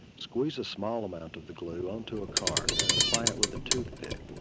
squeeze a small amount of the glue unto a cart and apply it with a toothpick.